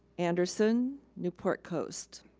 anderson, newport coast.